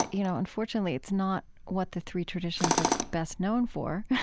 you know, unfortunately, it's not what the three traditions are best known for,